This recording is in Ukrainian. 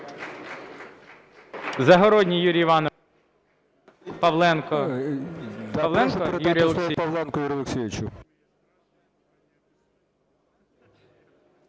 Загородній Юрій Іванович. Павленко Юрій Олексійович.